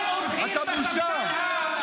אתה בושה.